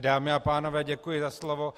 Dámy a pánové, děkuji za slovo.